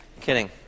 Kidding